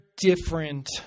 different